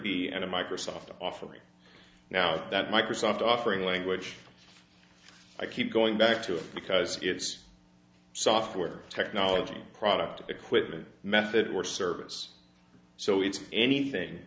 be and a microsoft offering now that microsoft offering language i keep going back to it because it's software technology product of equipment method or service so it's anything